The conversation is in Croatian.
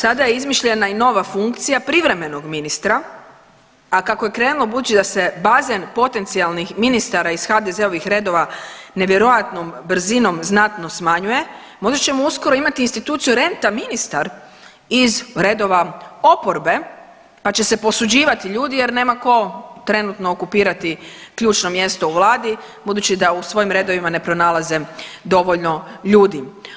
Sada je izmišljena i nova funkcija privremenog ministra, a kako je krenulo budući da se bazen potencijalnih ministara iz HDZ-ovih redova nevjerojatnom brzinom znatno smanjuje možda ćemo uskoro imati instituciju rent-a-ministar iz redova oporbe, pa će se posuđivati ljudi jer nema ko trenutno okupirati ključno mjesto u vladi budući da u svojim redovima ne pronalaze dovoljno ljudi.